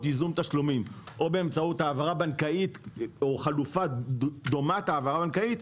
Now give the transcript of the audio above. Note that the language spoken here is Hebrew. ייזום תשלומים או באמצעות העברה בנקאית או חלופה דומה להעברה בנקאית,